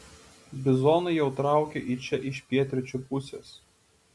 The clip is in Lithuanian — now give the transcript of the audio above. bizonai jau traukia į čia iš pietryčių pusės